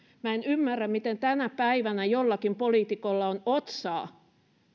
en ymmärrä miten tänä päivänä jollakin poliitikolla on otsaa